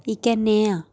इक ऐ नेहा